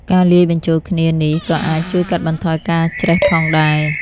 ការលាយបញ្ចូលគ្នានេះក៏អាចជួយកាត់បន្ថយការច្រេះផងដែរ។